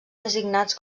designats